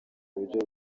buryo